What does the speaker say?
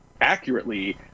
accurately